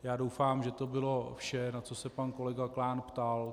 Já doufám, že to bylo vše, na co se pan kolega Klán ptal.